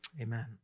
Amen